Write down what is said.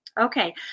Okay